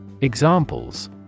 Examples